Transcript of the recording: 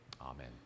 Amen